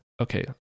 Okay